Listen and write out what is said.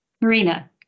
Marina